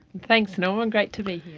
thanks norman, great to be